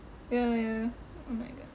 ya ya oh my god